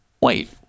Wait